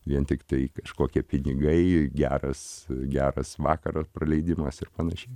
vien tiktai kažkokie pinigai geras geras vakaras praleidimas ir panašiai